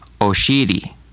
Oshiri